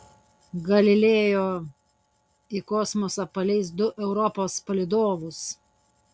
galileo į kosmosą paleis du europos palydovus